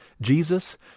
Jesus